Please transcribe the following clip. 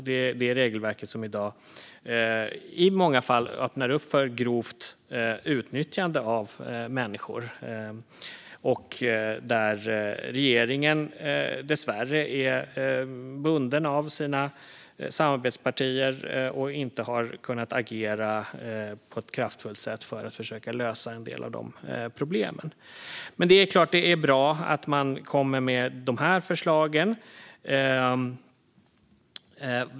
Det är ett regelverk som i dag i många fall öppnar upp för grovt utnyttjande av människor, och regeringen är dessvärre bunden av sina samarbetspartier och har inte kunnat agera på ett kraftfullt sätt för att försöka lösa en del av problemen. Men det är klart att det är bra att man kommer med de här förslagen.